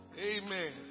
amen